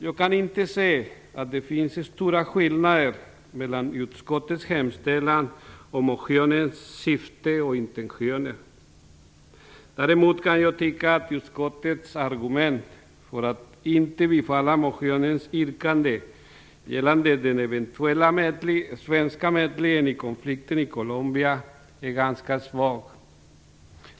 Jag kan inte se att det finns stora skillnader mellan utskottets hemställan och motionens syfte och intentioner. Däremot kan jag tycka att utskottets argument för att inte tillstyrka motionens yrkanden gällande den eventuella svenska medlingen i konflikten i Colombia är ganska svaga.